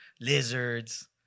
lizards